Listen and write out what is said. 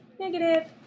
Negative